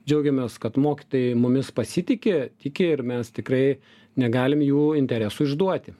džiaugiamės kad mokytojai mumis pasitiki tiki ir mes tikrai negalim jų interesų išduoti